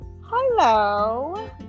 Hello